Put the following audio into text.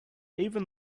even